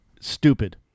stupid